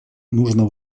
нужно